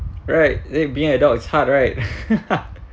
right then being adult it's hard right